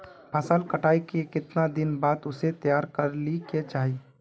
फसल कटाई के कीतना दिन बाद उसे तैयार कर ली के चाहिए?